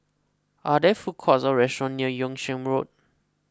are there food courts or restaurants near Yung Sheng Road